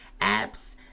apps